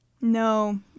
no